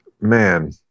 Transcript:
man